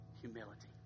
humility